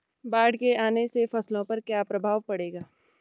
बाढ़ के आने से फसलों पर क्या प्रभाव पड़ेगा?